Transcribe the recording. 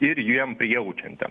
ir jiem prijaučiantiem